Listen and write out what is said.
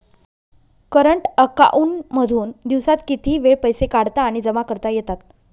current account मधून दिवसात कितीही वेळ पैसे काढता आणि जमा करता येतात